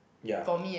ya